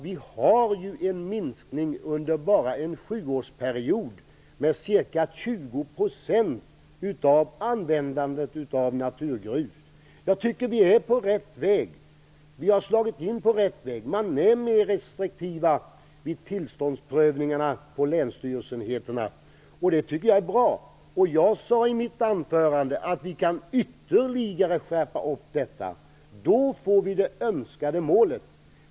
Vi har en minskning med 20 % av användandet av naturgrus bara under en sjuårsperiod. Jag tycker att vi har slagit in på rätt väg. Länsstyrelseenheterna är mer restriktiva vid tillståndsprövningarna. Det tycker jag är bra. Jag sade i mitt anförande att vi ytterligare kan skärpa upp detta. Då når vi det önskade målet.